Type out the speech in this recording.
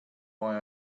why